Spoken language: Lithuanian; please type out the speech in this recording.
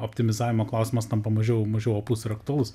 optimizavimo klausimas tampa mažiau mažiau opus ir aktualus